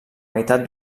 meitat